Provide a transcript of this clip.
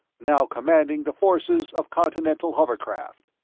now commanding the forces of continental hovercraft.